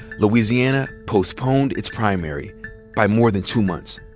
louisiana postponed its primary by more than two months,